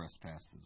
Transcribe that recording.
trespasses